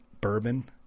bourbon